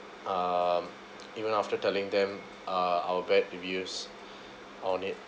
um even after telling them uh our bad reviews on it